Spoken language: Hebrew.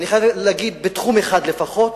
ואני חייב להגיד בתחום אחד לפחות: